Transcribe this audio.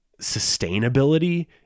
sustainability